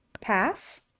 pass